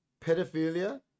Pedophilia